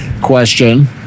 question